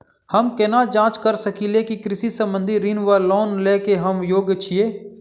हम केना जाँच करऽ सकलिये की कृषि संबंधी ऋण वा लोन लय केँ हम योग्य छीयै?